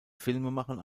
filmemachern